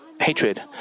hatred